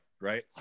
right